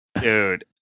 dude